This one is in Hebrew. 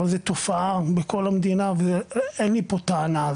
אבל זאת תופעה בכל המדינה ואין לי פה טענה,